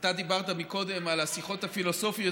אתה דיברת קודם על השיחות הפילוסופיות